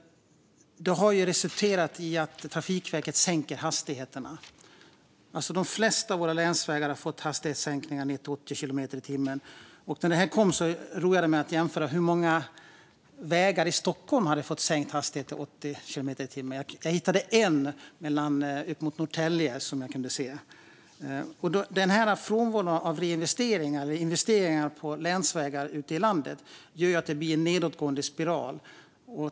Det här har resulterat i att Trafikverket sänker hastigheterna. Dessutom har de flesta av våra länsvägar fått hastighetssänkningar ned till 80 kilometer i timmen. Jag roade mig med att jämföra hur många vägar i Stockholms län som hade fått sänkt hastighet till 80 kilometer i timmen. Jag hittade bara en sådan väg, uppåt Norrtälje. Frånvaron av reinvesteringar och investeringar i länsvägar ute i landet gör att det blir en nedåtgående spiral.